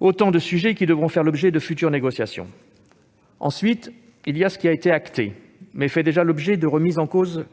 Autant de sujets qui devront faire l'objet de futures négociations. Ensuite, il y a ce qui a été acté, mais qui fait déjà l'objet de remise en cause,